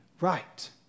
right